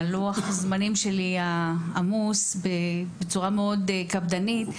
אבל לוח הזמנים שלי עמוס בצורה מאוד קפדנית,